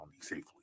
safely